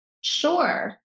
sure